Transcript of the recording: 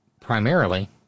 Primarily